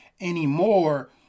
anymore